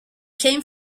came